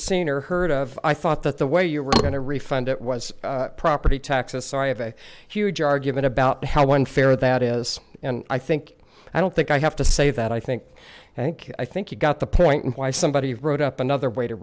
seen or heard of i thought that the way you were going to refund it was property taxes sorry of a huge argument about how unfair that is and i think i don't think i have to say that i think i think i think you got the point why somebody wrote up another way to